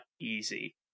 easy